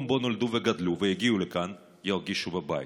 שבו נולדו וגדלו והגיעו לכאן ירגישו בבית.